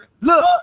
Look